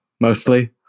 mostly